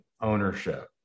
ownership